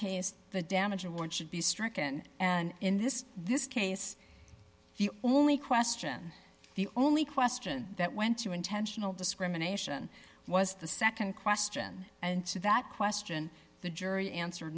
case the damage award should be stricken and in this this case the only question the only question that went to intentional discrimination was the nd question and to that question the jury answer